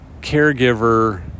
caregiver